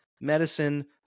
medicine